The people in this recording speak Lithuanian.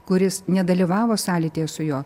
kuris nedalyvavo sąlytyje su juo